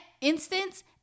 instance